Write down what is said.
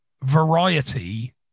Variety